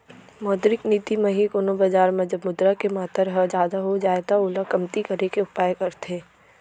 मौद्रिक नीति म ही कोनो बजार म जब मुद्रा के मातर ह जादा हो जाय त ओला कमती करे के उपाय करथे